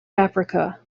africa